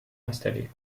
installé